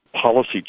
policy